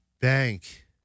bank